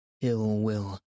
ill-will